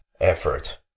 effort